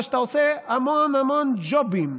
זה שאתה עושה המון המון ג'ובים.